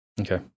Okay